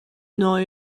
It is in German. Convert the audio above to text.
neu